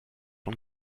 von